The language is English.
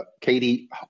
Katie